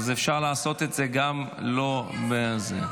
אז אפשר לעשות את זה גם לא עם זה.